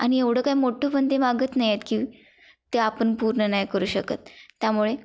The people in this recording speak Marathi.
आणि एवढं काय मोठं पण ते मागत नाही आहेत की ते आपण पूर्ण नाही करू शकत त्यामुळे